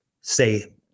say